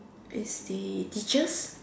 is the teachers